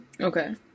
Okay